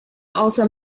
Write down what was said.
also